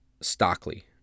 Stockley